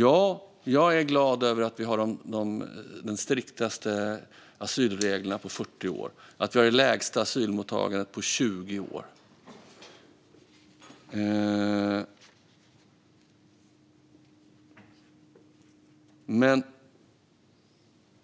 Ja, jag är glad över att vi har de striktaste asylreglerna på 40 år och det lägsta asylmottagandet på 20 år.